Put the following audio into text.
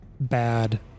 bad